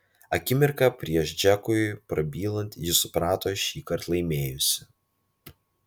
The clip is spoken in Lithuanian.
akimirką prieš džekui prabylant ji suprato šįkart laimėjusi